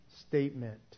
statement